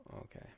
Okay